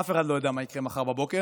אף אחד לא יודע מה יקרה מחר בבוקר,